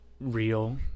real